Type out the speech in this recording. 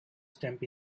stamp